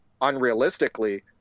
unrealistically